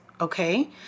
okay